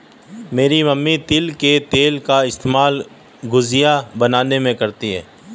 मेरी मम्मी तिल के तेल का इस्तेमाल गुजिया बनाने में करती है